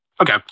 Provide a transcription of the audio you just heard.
Okay